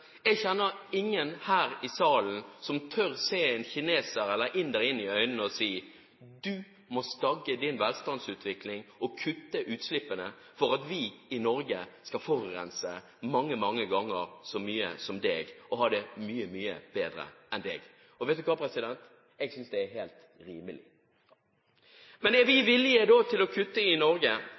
Jeg kjenner ingen her i salen som tør å se en kineser eller inder inn i øynene og si: Du må stagge din velstandsutvikling og kutte utslippene for at vi Norge skal forurense mange, mange ganger så mye som deg og ha det mye, mye bedre enn deg. Og vet du hva, president? Jeg synes det er helt rimelig. Men er vi da villige til å kutte i Norge?